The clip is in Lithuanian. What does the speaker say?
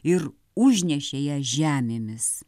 ir užnešė ją žemėmis